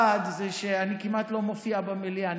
אחד זה שאני כמעט לא מופיע במליאה,